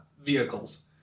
vehicles